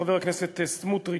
חבר הכנסת סמוטריץ,